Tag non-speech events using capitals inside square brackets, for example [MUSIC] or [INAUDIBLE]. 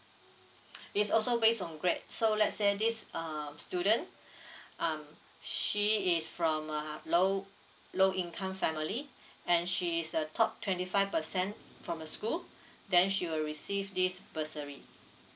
[BREATH] it's also based on grade so let's say this um student [BREATH] um she is from a uh low low income family and she is the top twenty five percent from the school [BREATH] then she will receive this bursary